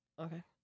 Okay